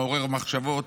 מעורר מחשבות,